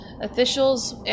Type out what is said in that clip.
Officials